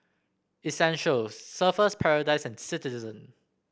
Essential Surfer's Paradise and Citizen